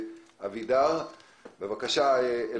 בבקשה.